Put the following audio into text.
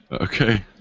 Okay